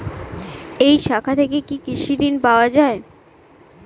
এই শাখা থেকে কি কৃষি ঋণ পাওয়া যায়?